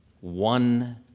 one